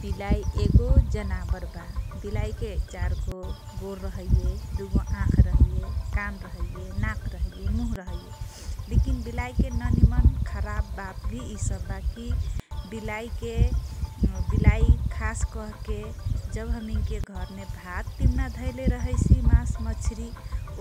बिलाइ एगो जनाबर बा । बिलाइके चारगो गोर रहैये, दुगो आँख रहैये कान रहैये नाक रहैये मुह रहैये। लेकिन बिलाइके न निमन खराब बात भि इसब बा कि । बिलाइके बिलाइ खास कहके जब हमिनके घरमे भात तिउना धैले रहैसि माछ मछ्रि